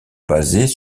basés